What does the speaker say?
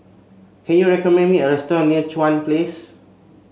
can you recommend me a restaurant near Chuan Place